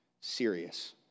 serious